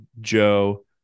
Joe